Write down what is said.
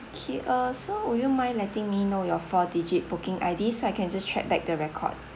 okay uh so would you mind letting me know your four digit booking I_D so I can just check back the record